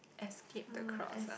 escape the crowds ah